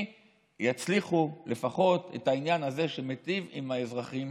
יצליחו לפחות את העניין הזה שמיטיב עם האזרחים